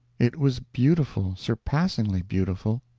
it was beautiful, surpassingly beautiful,